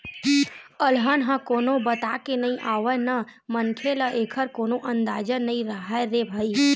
अलहन ह कोनो बताके नइ आवय न मनखे ल एखर कोनो अंदाजा नइ राहय रे भई